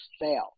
fail